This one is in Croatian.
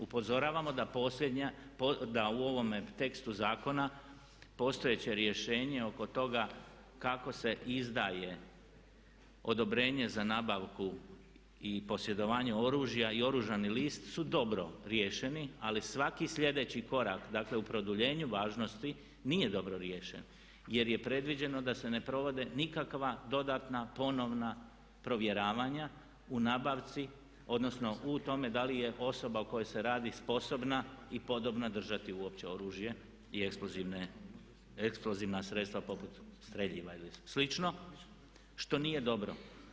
Upozoravamo da posljednja, da u ovome tekstu zakona postojeće rješenje oko toga kako se izdaje odobrenje za nabavku i posjedovanje oružja i oružani list su dobro riješeni ali svaki slijedeći korak dakle u produljenju važnosti nije dobro riješen jer je predviđeno da se ne provode nikakva dodatna, ponovna provjeravanja u nabavci odnosno u tome da li je osoba o kojoj se radi sposobna i podobna držati uopće oružje i eksplozivna sredstva poput streljiva ili slično što nije dobro.